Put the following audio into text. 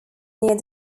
near